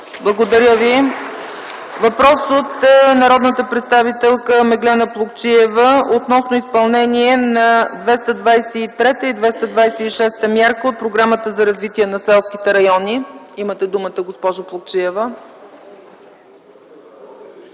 Благодаря Ви. Въпрос от народния представител Меглена Плугчиева относно изпълнение на 223-та и 226-та мярка от Програмата за развитие на селските райони. Имате думата, госпожо Плугчиева.